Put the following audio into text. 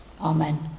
Amen